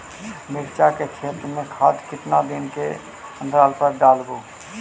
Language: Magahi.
मिरचा के खेत मे खाद कितना दीन के अनतराल पर डालेबु?